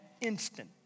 instant